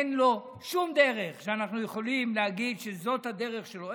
אין לו שום דרך שאנחנו יכולים להגיד שזאת הדרך שלו.